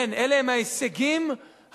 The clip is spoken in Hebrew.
כן, אלה הם ההישגים הכלכליים.